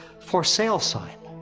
for sale sign.